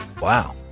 Wow